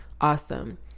awesome